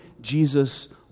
Jesus